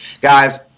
Guys